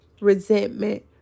resentment